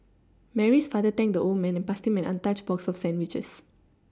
Mary's father thanked the old man and passed him an untouched box of sandwiches